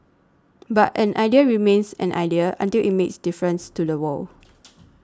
but an idea remains an idea until it makes a difference to the world